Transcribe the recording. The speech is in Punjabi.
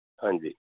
ਹਾਂਜੀ